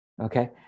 Okay